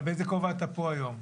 אבל באיזה כובע אתה פה היום?